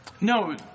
No